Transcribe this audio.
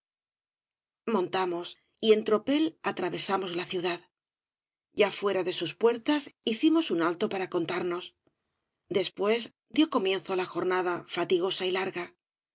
untamos y en tropel atravesamos la ciudad ya fuera de sus puertas hicimos un alto para contarnos después dio comienzo la jornada fatigosa y larga